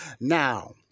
Now